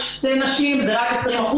שתי נשים זה רק 20%,